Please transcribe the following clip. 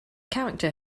character